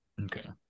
Okay